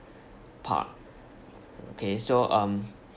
park okay so um